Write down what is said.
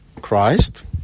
Christ